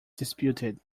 disputed